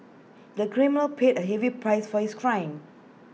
the criminal paid A heavy price for his crime